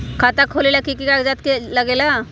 खाता खोलेला कि कि कागज़ात लगेला?